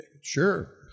sure